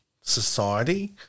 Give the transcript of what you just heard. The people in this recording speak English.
society